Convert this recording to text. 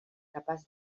capaç